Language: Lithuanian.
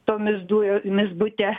tomis dujomis bute